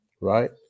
right